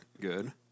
good